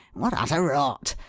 what utter rot.